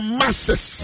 masses